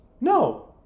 No